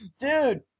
dude